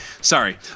Sorry